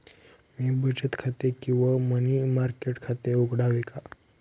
मी बचत खाते किंवा मनी मार्केट खाते उघडावे का?